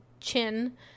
chin